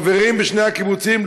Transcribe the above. החברים משני הקיבוצים,